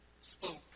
spoke